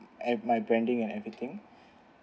and my branding and everything